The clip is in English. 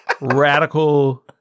Radical